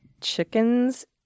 chickens